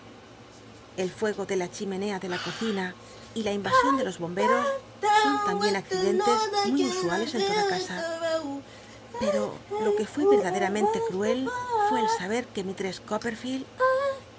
el fuego de la ch imenea de la tocina y la inraambicn atrirlcnlcs muy sion de los bomberos son l usuales en toda rasa pco lo que fné crdadcramente cruel fué el saber que misttes